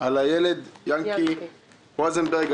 על הילד יענקי רוזנברג,